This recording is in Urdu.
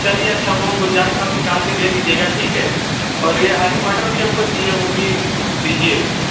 چلیے اچھا وہ گُنجنائش آپ نکال کے دیے دیجیے گا ٹھیک ہے اور یہ ہری مٹر بھی ہم کو چاہیے وہ بھی دیجیے